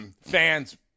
fans